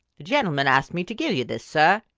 the gentleman asked me to give you this, sir,